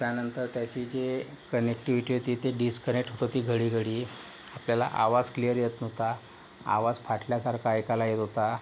त्यानंतर त्याची जे कनेक्टीव्हीटी होती ती डिस्कनेक्ट होती घडीघडी आपल्याला आवाज क्लिअर येत नव्हता आवाज फाटल्यासारखा ऐकायला येत होता